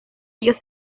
ellos